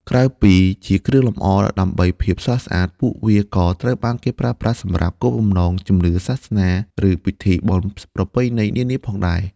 ក្រៅពីជាគ្រឿងលម្អដើម្បីភាពស្រស់ស្អាត ពួកវាក៏ត្រូវបានគេប្រើប្រាស់សម្រាប់ គោលបំណងជំនឿសាសនា ឬពិធីបុណ្យប្រពៃណី នានាផងដែរ។